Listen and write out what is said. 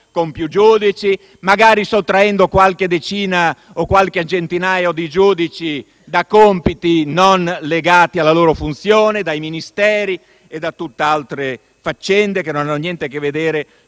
con più giudici, magari sottraendo qualche decina o qualche centinaio di giudici da compiti non legati alla loro funzione, dai Ministeri e da tutt'altre faccende che non hanno niente a che vedere